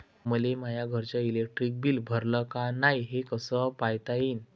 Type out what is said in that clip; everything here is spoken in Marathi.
मले माया घरचं इलेक्ट्रिक बिल भरलं का नाय, हे कस पायता येईन?